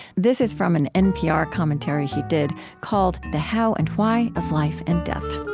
this is from an npr commentary he did called the how and why of life and death.